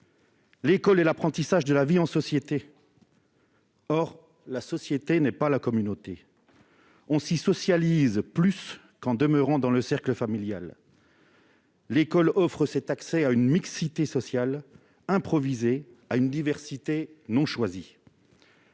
L'école est l'apprentissage de la vie en société. Or la société n'est pas la communauté : on se socialise davantage à l'école qu'en demeurant dans le cercle familial. L'école offre l'accès à une mixité sociale improvisée, à une diversité non choisie.